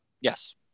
Yes